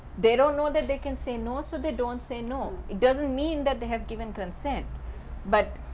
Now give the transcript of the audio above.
they don't know that they can say no so they don't say no it doesn't mean that they have given consent but.